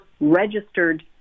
registered